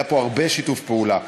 היה פה הרבה שיתוף פעולה.